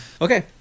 Okay